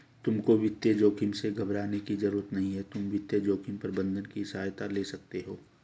तुमको वित्तीय जोखिम से घबराने की जरूरत नहीं है, तुम वित्तीय जोखिम प्रबंधन की सहायता ले सकते हो